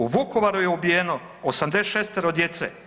U Vukovaru je ubijeno 86 djece.